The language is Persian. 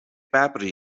ببری